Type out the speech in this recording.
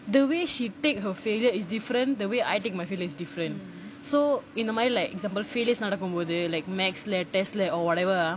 the way she take her failure is different the way I take my failure is different so இந்த மாரி:intha maari failures நடக்கும் போது:nadakum pothu like mathematics test laboratory test or whatever ah